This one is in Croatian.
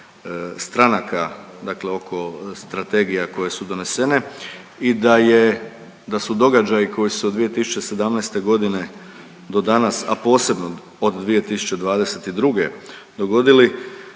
stranaka dakle oko strategija koje su donesene i da je, da su događaji koji su od 2017. godine do danas, a posebno od 2022. dogodili